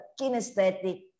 kinesthetic